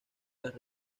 las